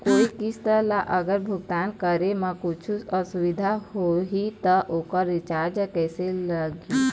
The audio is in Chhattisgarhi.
कोई किस्त ला अगर भुगतान करे म कुछू असुविधा होही त ओकर चार्ज कैसे लगी?